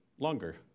longer